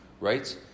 right